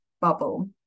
bubble